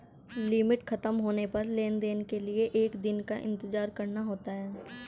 limit खत्म होने पर लेन देन के लिए एक दिन का इंतजार करना होता है